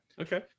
Okay